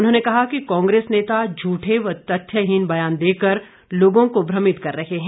उन्होंने कहा कि कांग्रेस नेता झूठे व तथ्यहीन व्यान देकर लोगों को भ्रमित कर रहे हैं